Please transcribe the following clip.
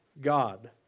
God